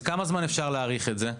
כשמתבצעת פניה, לכמה זמן אפשר להאריך את זה?